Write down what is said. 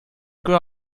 grew